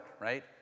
right